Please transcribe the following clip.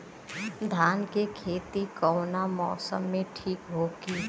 धान के खेती कौना मौसम में ठीक होकी?